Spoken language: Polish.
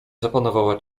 zapanowała